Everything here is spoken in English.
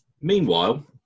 Meanwhile